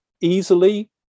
easily